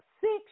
six